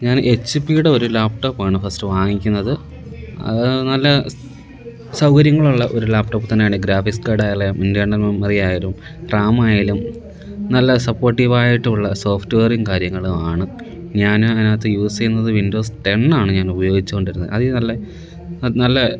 ഞാൻ H P യുടെ ഒരു ലാപ്ടോപ്പ് ആണ് ഫസ്റ്റ് വാങ്ങിക്കുന്നത് അത് നല്ല സൗകര്യങ്ങളുള്ള ഒരു ലാപ്ടോപ്പ് തന്നെയാണ് ഗ്രാഫിക്സ് കാഡ് ആയാലും ഇൻറ്റേൺൽ മെമ്മറിയായാലും റാം ആയാലും നല്ല സപ്പോർട്ടീവ് ആയിട്ടുള്ള സോഫ്റ്റ്വെയറിങ് കാര്യങ്ങളും ആണ് ഞാൻ അതിനകത്ത് യൂസ് ചെയ്യുന്നത് വിൻഡോസ് ടെണ്ണ് ആണ് ഞാൻ ഉപയോഗിച്ചുകൊണ്ടിരുന്നത് അതിൽ നല്ല അത് നല്ല